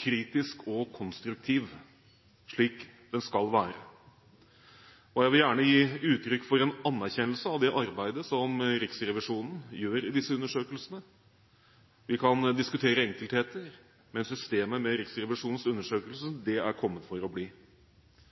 kritisk og konstruktiv, slik den skal være. Jeg vil gjerne gi uttrykk for en anerkjennelse av det arbeidet som Riksrevisjonen gjør i disse undersøkelsene. Vi kan diskutere enkeltheter, men systemet med Riksrevisjonens